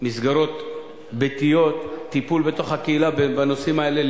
מסגרות ביתיות, טיפול בתוך הקהילה בנושאים האלה.